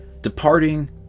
Departing